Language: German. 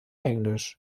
englisch